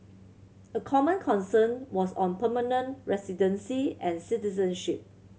a common concern was on permanent residency and citizenship